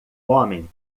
homem